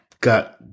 got